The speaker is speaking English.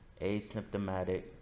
asymptomatic